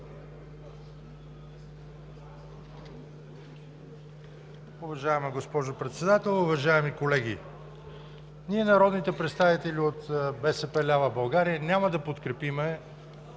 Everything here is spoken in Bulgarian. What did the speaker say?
Уважаема госпожо Председател, уважаеми колеги! Ние, народните представители от БСП лява България, няма да подкрепим